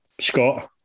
Scott